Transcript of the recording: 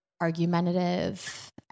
argumentative